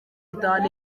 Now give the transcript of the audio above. itanu